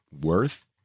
Worth